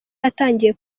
atangiye